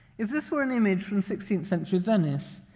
if this were an image from sixteenth century venice,